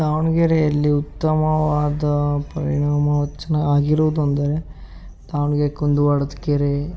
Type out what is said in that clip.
ದಾವಣಗೆರೆಯಲ್ಲಿ ಉತ್ತಮವಾದ ಪರಿಣಾಮ ವಚ್ಚನ ಆಗಿರುವುದು ಅಂದರೆ ದಾವಣಗೆರೆ ಕುಂದುವಾಡದ ಕೆರೆ